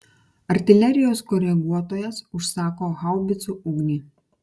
artilerijos koreguotojas užsako haubicų ugnį